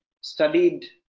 studied